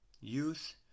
youth